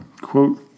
quote